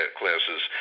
classes